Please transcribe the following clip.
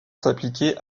s’appliquer